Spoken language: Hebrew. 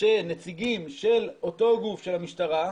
שנציגים של אותו גוף של המשטרה,